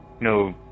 No